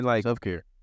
Self-care